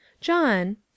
John